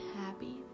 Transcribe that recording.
happy